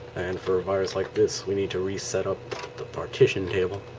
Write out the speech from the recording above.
and for a virus like this. we need to reset up the partition table,